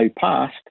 passed